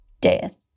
death